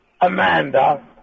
Amanda